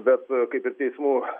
bet kaip ir teismų